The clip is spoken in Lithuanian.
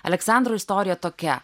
aleksandro istorija tokia